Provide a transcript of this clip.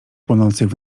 płonących